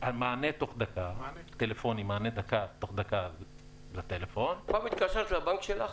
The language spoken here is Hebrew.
מענה טלפוני תוך דקה -- פעם התקשרת לפקיד הבנק שלך,